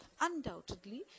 undoubtedly